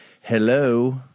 Hello